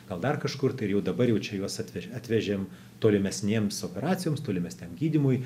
gal dar kažkur tai ir jau dabar jau čia juos atveš atvežėm tolimesnėms operacijoms tolimesniam gydymui